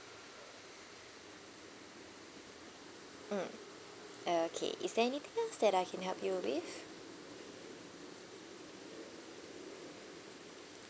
mm okay is there anything else that I can help you with